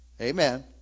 Amen